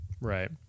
right